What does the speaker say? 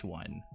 one